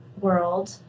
world